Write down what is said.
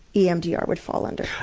emdr would fall under